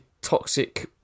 toxic